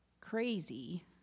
crazy